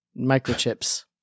microchips